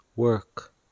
work